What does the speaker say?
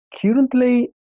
Currently